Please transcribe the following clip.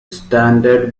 standard